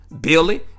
Billy